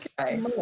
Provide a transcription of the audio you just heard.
okay